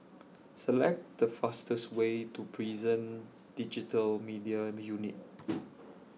Select The fastest Way to Prison Digital Media Unit